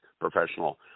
professional